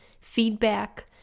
feedback